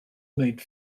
made